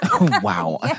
Wow